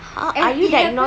ah it happens